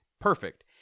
perfect